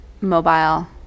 mobile